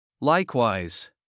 Likewise